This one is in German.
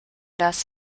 das